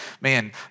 man